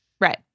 Right